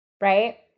Right